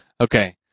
Okay